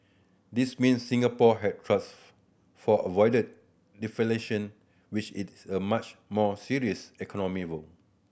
this means Singapore has thus far avoided deflation which is a much more serious economic woe